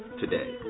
today